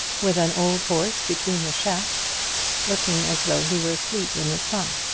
with an old horse between the shafts looking as though he were asleep in the sun.